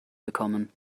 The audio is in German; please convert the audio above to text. bekommen